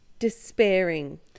despairing